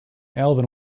alvin